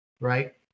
right